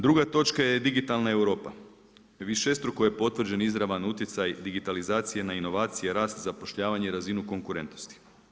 Druga točka je digitalna Europa, višestruko je potvrđen izravan utjecaj digitalizacije na inovacije, rast, zapošljavanje, razinu konkurentnosti.